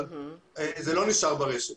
אבל זה לא נשאר ברשת.